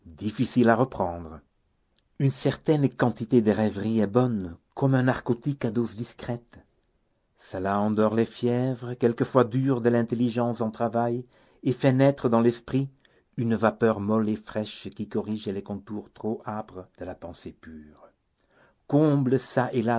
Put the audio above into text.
difficile à reprendre une certaine quantité de rêverie est bonne comme un narcotique à dose discrète cela endort les fièvres quelquefois dures de l'intelligence en travail et fait naître dans l'esprit une vapeur molle et fraîche qui corrige les contours trop âpres de la pensée pure comble çà